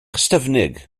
ystyfnig